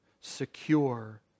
secure